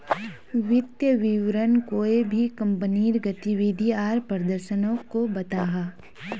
वित्तिय विवरण कोए भी कंपनीर गतिविधि आर प्रदर्शनोक को बताहा